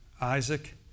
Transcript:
Isaac